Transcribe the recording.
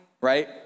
right